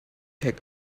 take